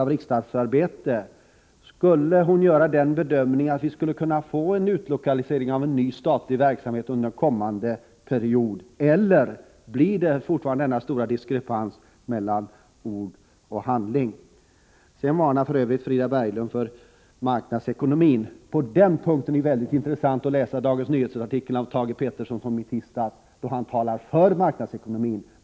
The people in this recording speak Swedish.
Gör Frida Berglund den bedömningen att vi under kommande period skulle kunna få en utlokalisering av statlig verksamhet, eller blir det fortfarande denna stora diskrepans mellan ord och handling? Frida Berglund varnade för marknadsekonomin. På den punkten är det mycket intressant att läsa artikeln av Thage Peterson i Dagens Nyheter från i tisdags. Han talade då för marknadsekonomin.